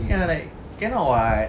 ya like cannot [what]